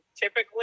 typically